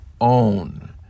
own